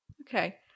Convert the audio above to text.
Okay